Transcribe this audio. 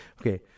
Okay